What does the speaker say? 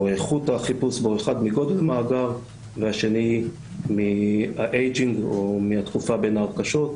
איכות החיפוש --- מגודל מאגר והשני מהאייג'ינג או מהתקופה בין ההקשות.